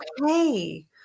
okay